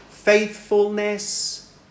faithfulness